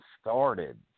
started